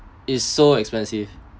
is so expensive